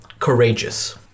Courageous